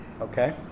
Okay